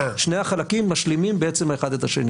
שני החלקים משלימים בעצם אחד את השני.